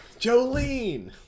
jolene